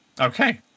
Okay